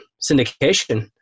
syndication